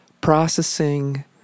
processing